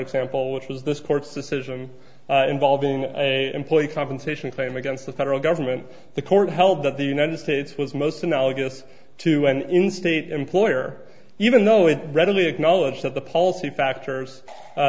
example which was this court's decision involving employee compensation claim against the federal government the court held that the united states was most analogous to an in state employer even though it readily acknowledged that the policy factors